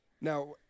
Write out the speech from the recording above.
Now